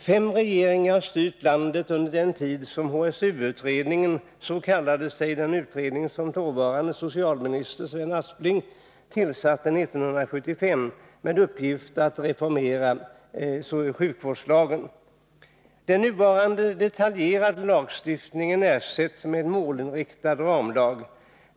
Fem regeringar har styrt landet under den tid som HSU-utredningen arbetat — så kallade sig den utredning som dåvarande socialministern Sven Aspling tillsatte 1975 med uppgift att reformera sjukvårdslagen. Den nuvarande detaljerade lagstiftningen ersätts med en målinriktad ramlag.